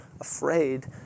afraid